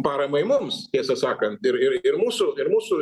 paramai mums tiesą sakant ir ir ir mūsų ir mūsų